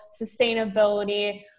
sustainability